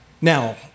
Now